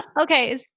Okay